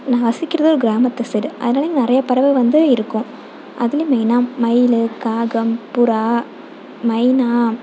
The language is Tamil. நான் வசிக்கிறது ஒரு கிராமத்து சைடு அதனால நிறைய பறவை வந்து இருக்கும் அதில் மெயினாக மயில் காகம் புறா மைனா